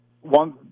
one